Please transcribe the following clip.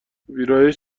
ویرایش